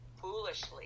foolishly